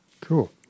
Cool